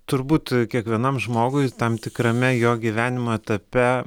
turbūt kiekvienam žmogui tam tikrame jo gyvenimo etape